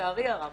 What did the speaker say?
לצערי הרב